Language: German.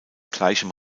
gleichem